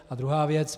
A druhá věc.